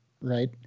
right